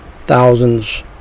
thousands